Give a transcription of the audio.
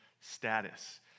status